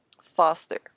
faster